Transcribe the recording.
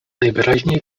najwyraźniej